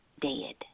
dead